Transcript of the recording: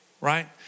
right